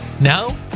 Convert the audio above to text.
Now